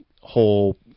whole